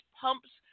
pumps